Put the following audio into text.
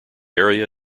area